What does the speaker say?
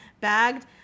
bagged